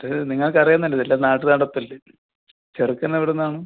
അത് നിങ്ങൾക്കറിയാന്നതല്ലേ ഇതെല്ലാം നാട്ടുനടപ്പല്ലേ ചെറുക്കൻ എവിടുന്നാണ്